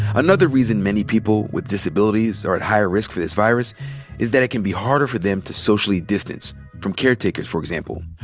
another reason many people with disabilities are at higher risk for this virus is that it can be harder for them to socially distance from caretakers, for example,